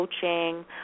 coaching